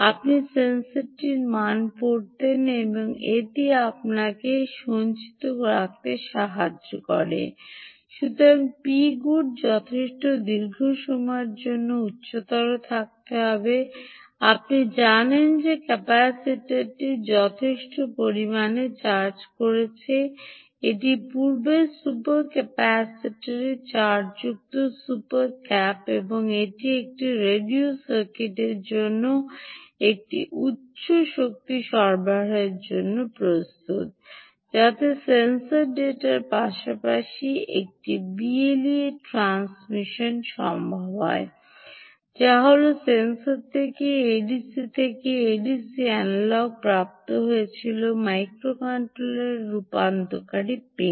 আপনি সেন্সর মানটি পড়তেন এবং এটি আপনার RAM সঞ্চিত করে রাখতেন মুহূর্তে Pgood যথেষ্ট দীর্ঘ সময়ের জন্য উচ্চতর হতে থাকে আপনি জানেন যে ক্যাপাসিটর যথেষ্ট পরিমাণে চার্জ করেছে এটি পূর্বের সুপার ক্যাপাসিটরের চার্জযুক্ত সুপার ক্যাপ এবং এটি এখন রেডিও সার্কিটের জন্য একটি উচ্চ শক্তি সরবরাহের জন্য প্রস্তুত যাতে সেন্সর ডেটার পাশাপাশি একটি বিএলই ট্রান্সমিশন সম্ভব হয় যা হল সেন্সর থেকে এডিসি থেকে এডিসি এনালগে প্রাপ্ত হয়েছিল মাইক্রোকন্ট্রোলারের রূপান্তরকারী পিন